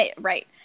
right